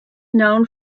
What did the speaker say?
known